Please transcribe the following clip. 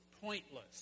pointless